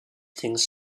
things